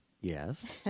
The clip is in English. Yes